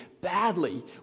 Badly